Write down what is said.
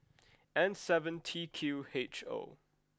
N seven T Q H O